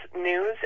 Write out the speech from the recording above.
News